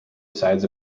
sides